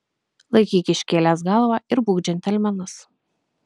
laikyk iškėlęs galvą ir būk džentelmenas